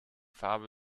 farbe